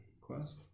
Quest